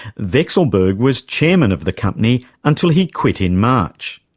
vekeselberg was chairman of the company until he quit in march.